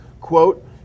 Quote